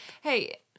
hey